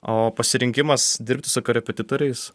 o pasirinkimas dirbti su korepetitoriais